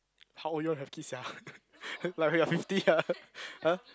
how old you wanna have kids sia like you are fifty [huh] [huh]